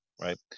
Right